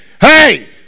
hey